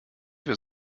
wir